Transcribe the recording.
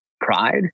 pride